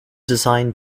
design